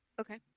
Okay